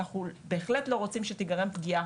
אנחנו בהחלט לא רוצים שתיגרם איזו שהיא פגיעה